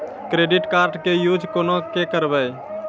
Credit card के use कोना के करबऽ?